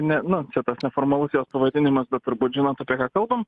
ne nu čia tas neformalus jos pavadinimas bet turbūt žinot apie ką kalbam